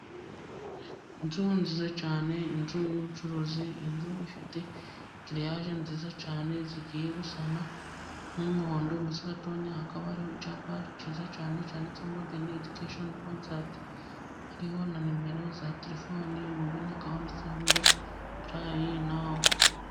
Inzu nziza cyane, inzu y'ubucuruzi, inzu ifite giriyaje nziza cyane zigiye gusa n'umuhondo, munsi gatonya hakaba ari icyapa kiza cyane cyanditse hariho modani edikeshoni konsati, na nimero za terefoni mu nguni hakaba handitseho ngo purayi nawu.